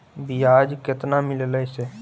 बियाज केतना मिललय से?